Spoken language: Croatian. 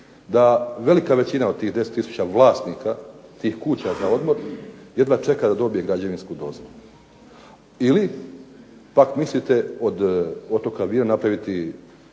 da velika većina od tih 10 tisuća vlasnika, tih kuća za odmor, jedva čeka da dobije građevinsku dozvolu. Ili pak mislite od otoka Vira napraviti